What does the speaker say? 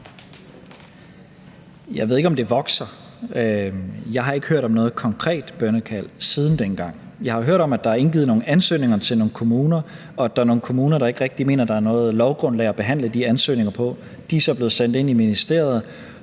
Jeg ved ikke, om det vokser; jeg har ikke hørt om noget konkret bønnekald siden dengang. Jeg har jo hørt om, at der er indgivet nogle ansøgninger til nogle kommuner, og at der er nogle kommuner, der ikke rigtig mener, at der er noget lovgrundlag at behandle de ansøgninger på. De er så blevet sendt ind i ministeriet,